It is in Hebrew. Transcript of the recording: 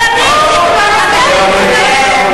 חברת הכנסת מירי רגב.